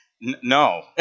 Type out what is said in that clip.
No